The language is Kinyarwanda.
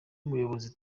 umuyobozi